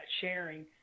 sharing